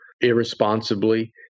irresponsibly